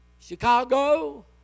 Chicago